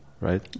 right